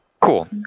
Cool